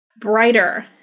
brighter